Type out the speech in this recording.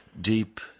deep